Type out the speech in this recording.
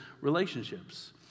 relationships